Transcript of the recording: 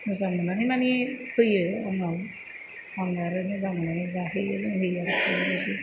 मोजां मोननानै माने फैयो आंनाव आं आरो मोजां मोननानै जाहोयो लोंहोयो एरैबादि